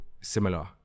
similar